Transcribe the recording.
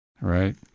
Right